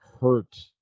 hurt